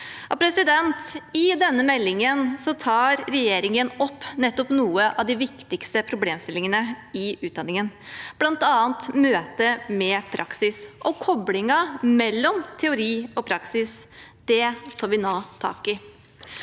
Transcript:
karriere. I denne meldingen tar regjeringen opp noen av de viktigste problemstillingene i utdanningen, bl.a. møtet med praksis og koplingen mellom teori og praksis. Det tar vi nå tak i.